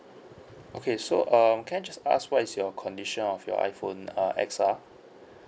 okay so um can I just ask what is your condition of your iphone uh X ah